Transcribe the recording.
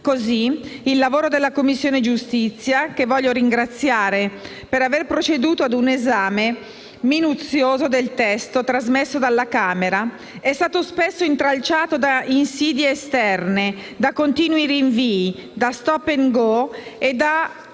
Così, il lavoro della Commissione giustizia - desidero ringraziarla per aver proceduto a un esame minuzioso del testo trasmesso dalla Camera - è stato spesso intralciato da insidie esterne, da continui rinvii, da *stop and go* e da